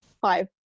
Five